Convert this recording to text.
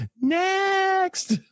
next